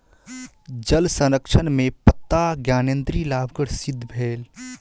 जल संरक्षण में पत्ता ज्ञानेंद्री लाभकर सिद्ध भेल